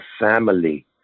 family